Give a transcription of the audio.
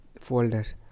folders